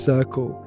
Circle